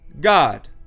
God